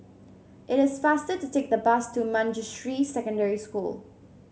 it is faster to take the bus to Manjusri Secondary School